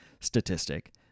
statistic